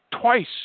twice